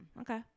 Okay